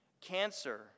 cancer